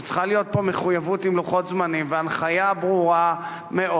שצריכה להיות פה מחויבות עם לוחות זמנים והנחיה ברורה מאוד.